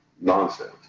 nonsense